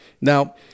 Now